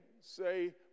say